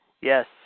Yes